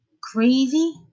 crazy